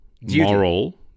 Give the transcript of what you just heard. moral